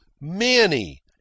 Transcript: Manny